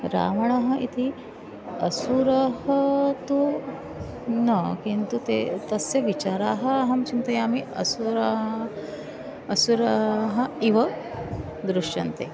रावणः इति असुरः तु न किन्तु ते तस्य विचाराः अहं चिन्तयामि असुराः असुराः इव दृश्यन्ते